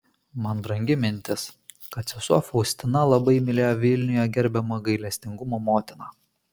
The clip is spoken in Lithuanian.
man brangi mintis kad sesuo faustina labai mylėjo vilniuje gerbiamą gailestingumo motiną